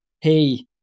Hey